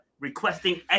requesting